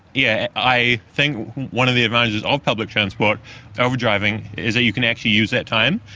yeah i think one of the advantages of public transport over driving is that you can actually use that time,